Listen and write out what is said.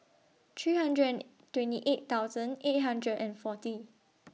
three hundred and twenty eight thousand eight hundred and forty